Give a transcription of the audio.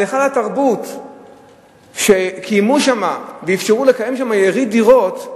על היכל התרבות שקיימו שם ואפשרו לקיים שם יריד דירות,